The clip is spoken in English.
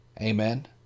Amen